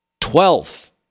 twelfth